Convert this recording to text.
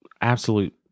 absolute